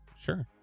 sure